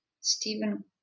Stephen